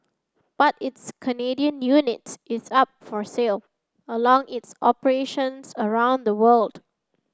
but its Canadian unit is up for sale along its operations around the world